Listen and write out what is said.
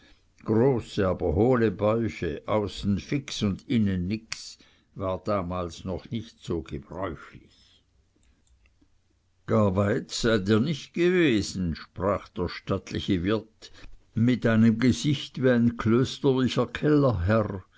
aber hohle bäuche außen fix und innen nix war damals noch nicht so gebräuchlich gar weit seid ihr nicht gewesen sprach der stattliche wirt mit einem gesicht wie ein klösterlicher kellerherr